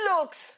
looks